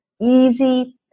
easy